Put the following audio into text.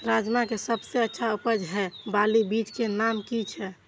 राजमा के सबसे अच्छा उपज हे वाला बीज के नाम की छे?